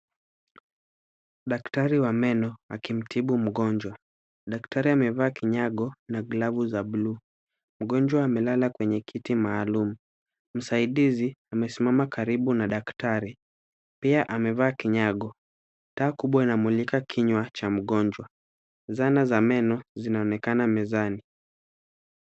Daktari wa meno akimtibu mgonjwa , daktari amevaa kinyago na glavu za buluu, mgonjwa amelala kwenye kiti maalumu. Msaidizi amesimama karibu na daktari ,pia amevaa kinyago taa kumbwa inamlika kinywa cha mgonjwa. Zana za meno zinaonekana mezani.